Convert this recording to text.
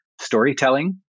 storytelling